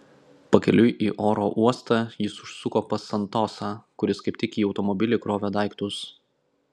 pakeliui į oro uostą jis užsuko pas santosą kuris kaip tik į automobilį krovė daiktus